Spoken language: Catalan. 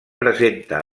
presenta